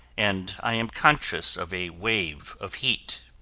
and i am conscious of a wave of heat.